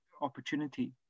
opportunity